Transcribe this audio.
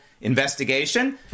investigation